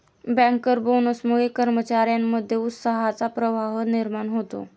banker बोनसमुळे कर्मचार्यांमध्ये उत्साहाचा प्रवाह निर्माण होतो